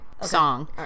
song